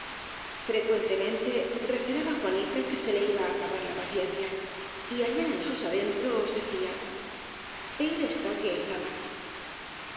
frecuentemente recelaba juanita que se le iba á acabar la paciencia y allá en sus adentros decía peor está que estaba